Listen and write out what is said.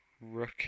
rook